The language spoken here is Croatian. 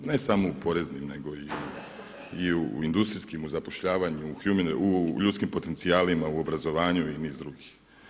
Ne samo u poreznim nego i u industrijskim, u zapošljavanju, u ljudskim potencijalima, u obrazovanju i u nizu drugih.